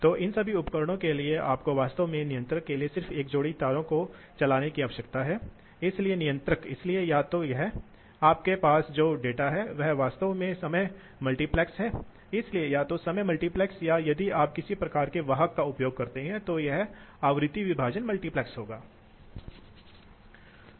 तो तुरंत अगर आप कनेक्ट करते हैं तो यह प्रवाह है और यह वह दबाव है जो स्थापित होने वाला है इसलिए जो दबाव स्थापित किया जाएगा यदि आप इस पंप को इस भार से जोड़ते हैं तो यह प्रवाह होगा स्थापित और यह दबाव स्थापित किया जाएगा